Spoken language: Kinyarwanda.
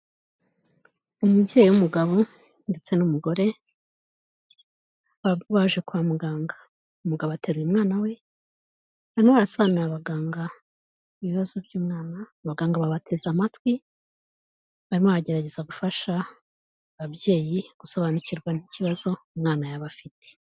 Umubyeyi w'umugabo ndetse n'umugore, baje kwa muganga. Umugabo ateruye umwana we, barimo barasobanurira abaganga ibibazo by'umwana, abaganga babateze amatwi, barimo bagerageza gufasha ababyeyi gusobanukirwa n'ikibazo umwana yaba afite.